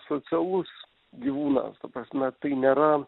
socialus gyvūnas ta prasme tai nėra